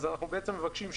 אז אנחנו בעצם מבקשים,